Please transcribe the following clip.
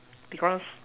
because